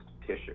tissue